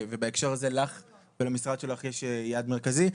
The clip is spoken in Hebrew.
ובהקשר הזה לך ולמשרד שלך יש יעד מרכזי.